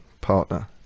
partner